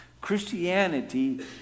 Christianity